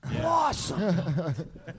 Awesome